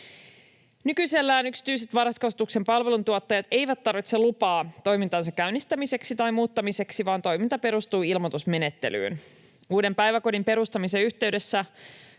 Nykyisellään yksityiset varhaiskasvatuksen palveluntuottajat eivät tarvitse lupaa toimintansa käynnistämiseksi tai muuttamiseksi, vaan toiminta perustuu ilmoitusmenettelyyn. Uuden päiväkodin perustamisen yhteydessä